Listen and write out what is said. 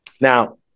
Now